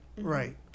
right